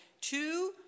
two